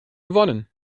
gewonnen